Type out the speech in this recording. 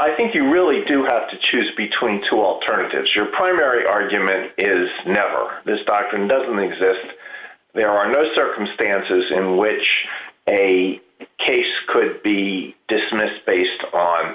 i think you really do have to choose between two alternatives your primary argument is never this doctrine doesn't exist there are no circumstances in which a case could be dismissed based on